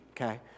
okay